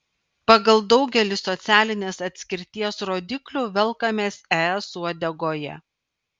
pagal daugelį socialinės atskirties rodiklių velkamės es uodegoje